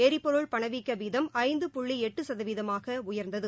எரிபொருள் பணவீக்க வீதம் ஐந்து புள்ளி எட்டு சதவீதமாக உயர்ந்தது